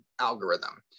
algorithm